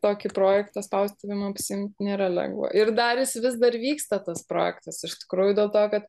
tokį projektą spaustuvėm apsiimt nėra lengva ir dar jis vis dar vyksta tas projektas iš tikrųjų dėl to kad